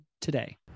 today